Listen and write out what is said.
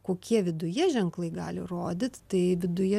kokie viduje ženklai gali rodyt tai viduje